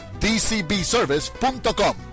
dcbservice.com